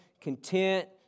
content